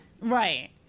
Right